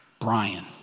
Brian